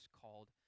called